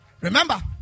Remember